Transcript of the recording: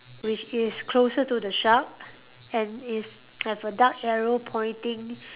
which is closer to the shark and is have a dark arrow pointing